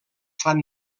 fan